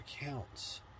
accounts